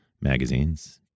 magazines